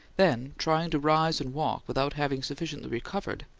then, trying to rise and walk, without having sufficiently recovered,